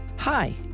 Hi